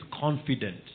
confident